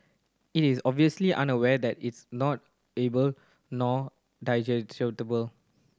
it is obviously unaware that it's not edible nor digestible